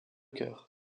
chœur